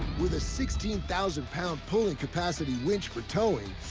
with a sixteen thousand pound pulling capacity winch for towing,